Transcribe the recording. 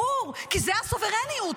ברור, כי זו הסוברניות.